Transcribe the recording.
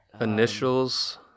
Initials